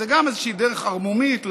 זו גם איזושהי דרך ערמומית להגיד: